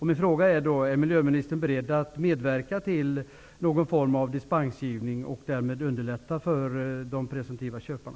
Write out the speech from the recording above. Min fråga är då: Är miljöministern beredd att medverka till att införa någon form av dispensgivning och därmed underlätta för de presumtiva köparna?